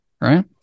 right